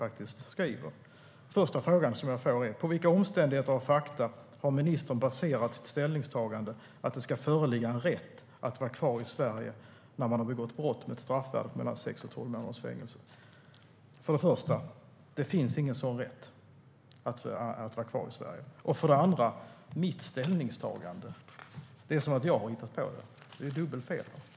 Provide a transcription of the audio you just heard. Den första fråga som jag får är: På vilka omständigheter och fakta har ministern baserat sitt ställningstagande att det ska föreligga en rätt att vara kvar i Sverige om man har begått brott med ett straffvärde på mellan sex och tolv månaders fängelse? För det första: Det finns ingen sådan rätt att vara kvar i Sverige. För det andra: Mitt ställningstagande? Det låter som att jag har hittat på det. Det är dubbelfel.